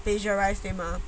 plagiarise 对 mah